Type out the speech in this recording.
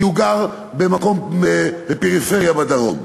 כי הילד הזה גר בפריפריה בדרום.